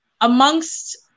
amongst